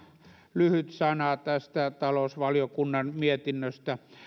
lyhyt sana tästä talousvaliokunnan mietinnöstä